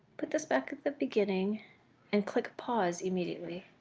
put this back at the beginning and click pause immediately.